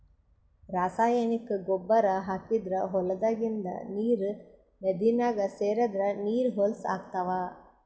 ರಾಸಾಯನಿಕ್ ಗೊಬ್ಬರ್ ಹಾಕಿದ್ದ್ ಹೊಲದಾಗಿಂದ್ ನೀರ್ ನದಿನಾಗ್ ಸೇರದ್ರ್ ನೀರ್ ಹೊಲಸ್ ಆಗ್ತಾವ್